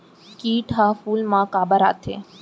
किट ह फूल मा काबर आथे?